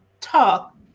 talk